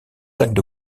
jacques